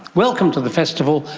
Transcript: welcome to the festival,